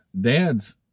dad's